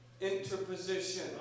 Interposition